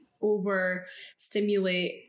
over-stimulate